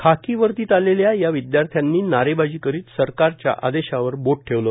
खाकी वर्दीत आलेल्या या विदयार्थ्यांनी नारेबाजी करीत सरकारच्या आदेशावर बोट ठेवले